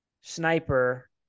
sniper